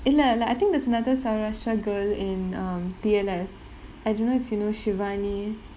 இல்ல இல்ல:illa illa like I think there's another sarasha girl in um T_L_S I don't know if you know shivani